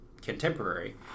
contemporary